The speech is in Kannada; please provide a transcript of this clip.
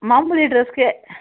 ಮಾಮೂಲಿ ಡ್ರೆಸ್ಗೆ